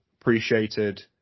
appreciated